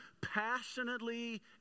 passionately